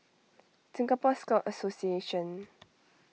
Singapore Scout Association